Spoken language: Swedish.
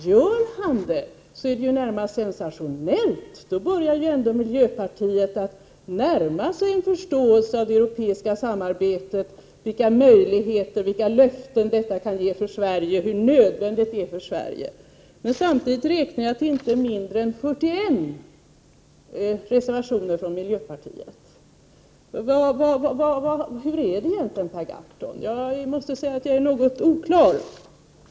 Om han gör det, är det i det närmaste sensationellt. Då börjar miljöpartiet att ändå närma sig en förståelse när det gäller det europeiska samarbetet, vilka möjligheter och vilka löften detta kan ge samt hur nödvändigt det är för Sverige. Samtidigt räknar jag till inte mindre än 41 reservationer från miljöpartiet. Hur kommer egentligen det sig, Per Gahrton? För mig förefaller detta något oklart.